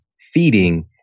feeding